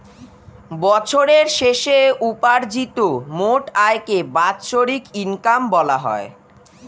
বছরের শেষে উপার্জিত মোট আয়কে বাৎসরিক ইনকাম বলা হয়